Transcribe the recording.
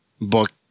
book